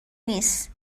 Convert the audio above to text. نیست